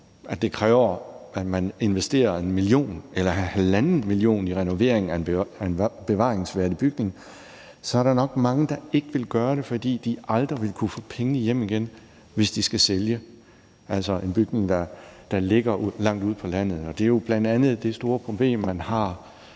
men kræver, at man investerer 1 mio. kr. eller 1,5 mio. kr. i renovering, så er der nok mange, der ikke vil gøre det, fordi de aldrig vil kunne få pengene hjem igen, hvis de skal sælge – f.eks. en bygning, der ligger langt ude på landet. Det er jo bl.a. det store problem, man har